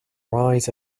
rise